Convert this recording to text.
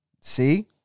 See